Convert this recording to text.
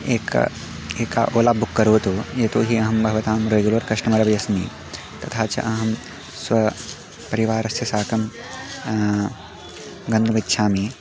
एकम् एकम् Ola book करोतु यतो हि अहं भवतां रेगुलर् कष्टमर् अपि अस्मि तथा च अहं स्वपरिवारस्य साकं गन्तुमिच्छामि